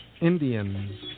Indians